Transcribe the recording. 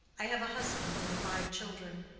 i have a husband and five children.